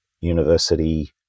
university